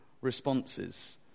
responses